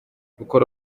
gukora